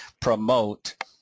promote